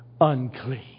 unclean